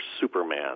Superman